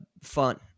fun